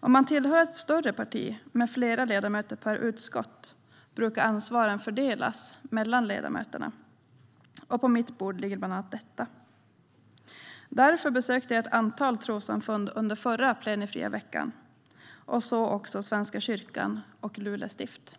Om man tillhör ett större parti med flera ledamöter per utskott brukar ansvaret fördelas mellan ledamöterna. På mitt bord ligger bland annat denna fråga. Därför besökte jag ett antal trossamfund, Svenska kyrkan och Luleå stift under förra plenifria veckan.